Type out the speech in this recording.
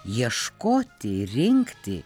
ieškoti rinkti